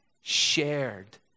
shared